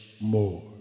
more